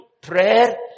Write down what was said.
prayer